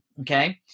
Okay